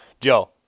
Joe